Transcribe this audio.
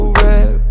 red